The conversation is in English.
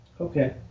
Okay